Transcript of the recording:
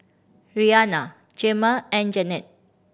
Rhianna Gemma and Jeannette